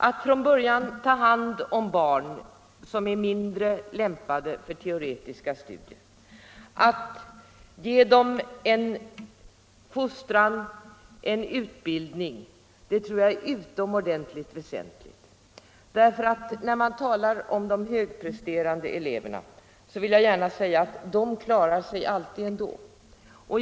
Att från början ta hand om barn som är mindre lämpade för teoretiska studier, att ge dem en fostran och en utbildning tror jag är utomordentligt väsentligt. När man talar om de högpresterande eleverna vill jag gärna säga att de klarar sig alltid ändå.